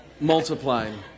Multiplying